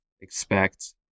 expect